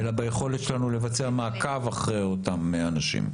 אלא ביכולות שלנו לבצע מעקב אחרי אותם אנשים.